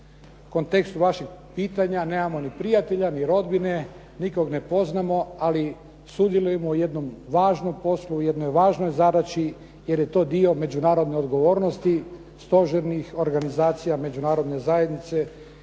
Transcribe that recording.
u kontekstu vaših pitanja nemamo ni prijatelja, ni rodbine, nikog ne poznamo. Ali sudjelujemo u jednom važnom poslu, u jednoj važnoj zadaći jer je to dio međunarodne odgovornosti stožernih organizacija Međunarodne zajednice